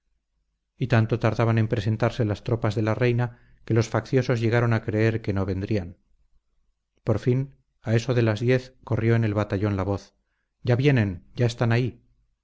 y tanto tardaban en presentarse las tropas de la reina que los facciosos llegaron a creer que no vendrían por fin a eso de las diez corrió en el batallón la voz ya vienen ya están ahí